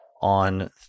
on